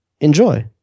enjoy